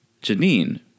Janine